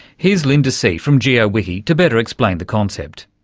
here's linda see from geo-wiki to better explain the concept.